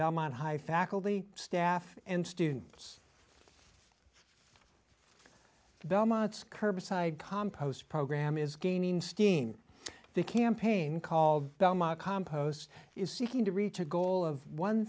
belmont high faculty staff and students belmont's curbside compost program is gaining steam the campaign called compost is seeking to reach a goal of one